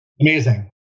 Amazing